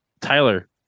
Tyler